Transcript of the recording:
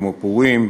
כמו פורים,